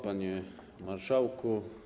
Panie Marszałku!